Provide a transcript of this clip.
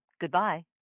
Goodbye